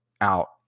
out